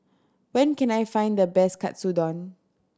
where can I find the best Katsudon